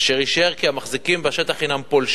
אשר אישר כי המחזיקים בשטח הם פולשים,